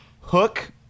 Hook